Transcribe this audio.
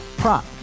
prop